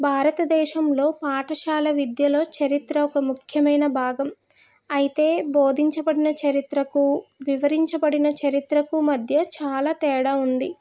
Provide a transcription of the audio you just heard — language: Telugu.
భారతదేశంలో పాఠశాల విద్యలో చరిత్ర ఒక ముఖ్యమైన భాగం అయితే బోధించబడిన చరిత్రకు వివరించబడిన చరిత్రకు మధ్య చాలా తేడా ఉంది